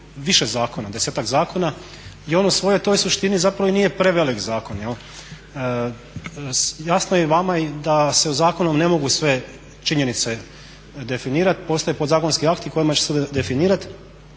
više zakona, 10-ak zakona i on u svojoj toj suštini zapravo i nije prevelik zakon jel'. Jasno je i vama da se zakonom ne mogu sve činjenice definirati. Postoje podzakonski akti kojima će se definirati,